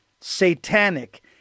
Satanic